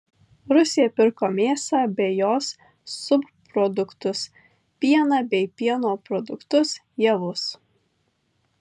rusija pirko mėsą bei jos subproduktus pieną bei pieno produktus javus